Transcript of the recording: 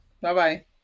bye-bye